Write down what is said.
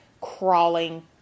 crawling